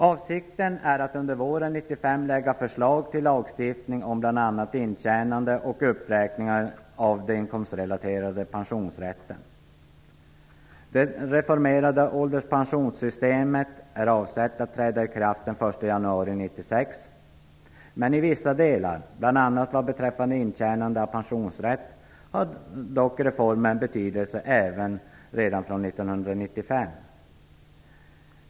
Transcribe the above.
Avsikten är att under våren 1995 lägga fram förslag till lagstiftning om bl.a. intjänande och uppräkning av den inkomstrelaterade pensionsrätten. Det reformerade ålderspensionssystemet är avsett att träda i kraft den 1 januari 1996. I vissa delar, bl.a. vad beträffar intjänande av pensionsrätt, har dock reformen betydelse redan från år 1995.